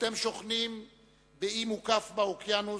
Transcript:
אתם שוכנים על אי מוקף באוקיינוס,